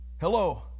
Hello